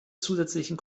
zusätzlichen